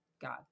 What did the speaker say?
god